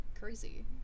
Crazy